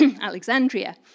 Alexandria